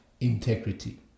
integrity